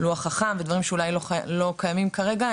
לוח חכם ודברים שאולי לא קיימים כרגע.